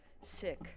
sick